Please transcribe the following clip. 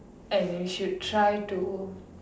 and you should try to